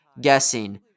guessing